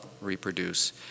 reproduce